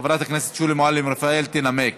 חברת הכנסת שולי מועלם-רפאל תנמק.